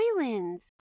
islands